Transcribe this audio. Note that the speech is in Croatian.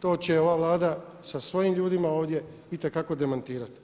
to će ova Vlada sa svojim ljudima ovdje itekako demantirati.